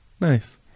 Nice